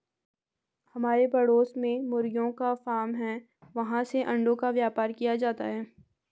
हमारे पड़ोस में मुर्गियों का फार्म है, वहाँ से अंडों का व्यापार किया जाता है